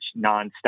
nonstop